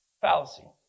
fallacy